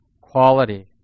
quality